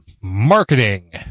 marketing